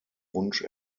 wunsch